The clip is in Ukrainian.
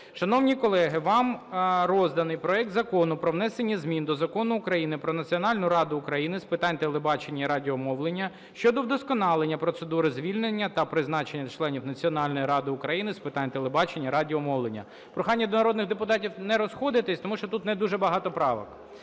Шановні колеги, вам розданий проект Закону про внесення змін до Закону України "Про Національну раду України з питань телебачення і радіомовлення" щодо вдосконалення процедури звільнення та призначення членів Національної ради України з питань телебачення і радіомовлення. Прохання до народних депутатів не розходитися, тому що тут не дуже багато правок.